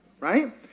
Right